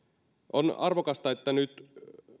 on arvokasta että nyt